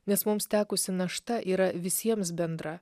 nes mums tekusi našta yra visiems bendra